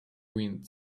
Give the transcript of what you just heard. wind